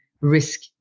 risk